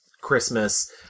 Christmas